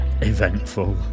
eventful